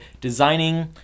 designing